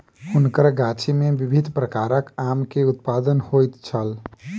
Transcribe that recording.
हुनकर गाछी में विभिन्न प्रकारक आम के उत्पादन होइत छल